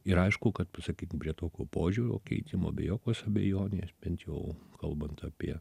ir aišku kad sakykim prie tokio požiūrio keitimo be jokios abejonės bent jau kalbant apie